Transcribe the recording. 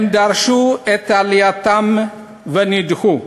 הם דרשו את עלייתם ונדחו.